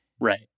Right